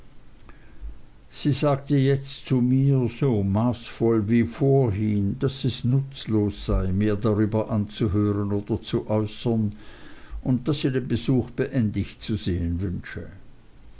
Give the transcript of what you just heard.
sie sagte jetzt zu mir so maßvoll wie vorhin daß es nutzlos sei mehr darüber anzuhören oder zu äußern und daß sie den besuch beendigt zu sehen wünsche